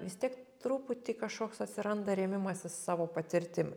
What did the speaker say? vis tiek truputį kažkoks atsiranda rėmimasis savo patirtim